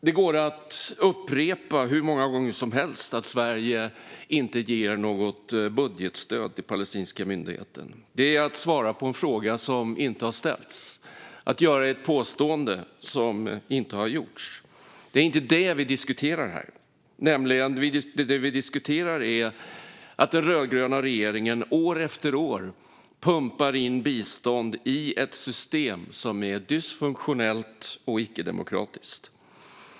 Det går att upprepa hur många gånger som helst att Sverige inte ger något budgetstöd till palestinska myndigheten. Det är att svara på en fråga som inte har ställts - ett påstående som inte har gjorts. Det är inte det vi diskuterar här, utan det vi diskuterar är att den rödgröna regeringen år efter år pumpar in bistånd i ett system som är dysfunktionellt och icke-demokratiskt.